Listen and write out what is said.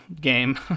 game